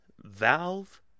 Valve